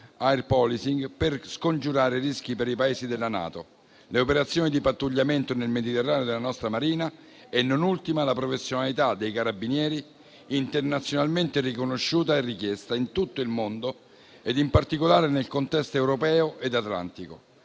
di scongiurare rischi per i Paesi della NATO; le operazioni di pattugliamento nel Mediterraneo della nostra Marina e, non ultima, la professionalità dei Carabinieri internazionalmente riconosciuta e richiesta in tutto il mondo, in particolare nel contesto europeo e atlantico.